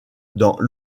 dans